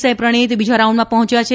સાંઇ પ્રણીત બીજા રાઉન્ડમાં પહોંચ્યા છે